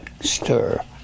stir